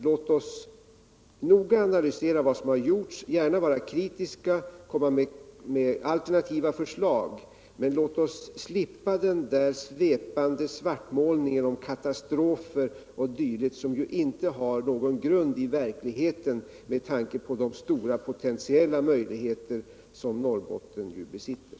Låt oss noga analysera vad som har gjorts, gärna vara kritiska och komma med alternativa förslag, men låt oss slippa den där svepande svartmålningen om katastrofer o.d. som ju inte har någon grund i verkligheten med tanke på de stora potientiella möjligheter som Norrbotten besitter.